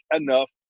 enough